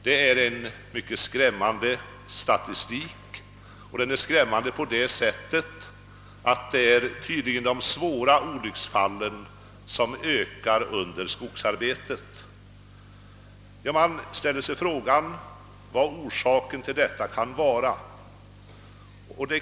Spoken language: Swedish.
Detta är en mycket skrämmande statistik, dubbelt skrämmande därför att det tydligen är de svåra olycksfallen som ökar i skogsarbetet. Man frågar sig givetvis vad orsaken till olyckorna kan vara.